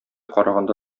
караганда